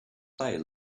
play